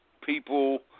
people